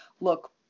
look